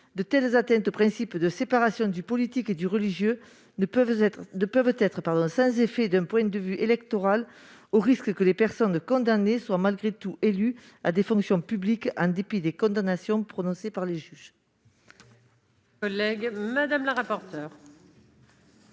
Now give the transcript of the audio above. De telles atteintes au principe de séparation du politique et du religieux ne peuvent être sans effet d'un point de vue électoral, au risque que les personnes condamnées soient malgré tout élues à des fonctions publiques, en dépit des condamnations prononcées par les juges.